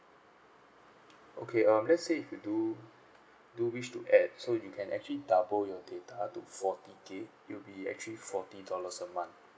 okay um let's say if you do do wish to add so you can actually double your data to forty gig it'll be actually forty dollars a month